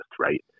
right